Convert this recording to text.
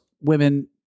women